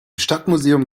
stadtmuseum